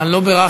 אני לא בירכתי,